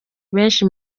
benshi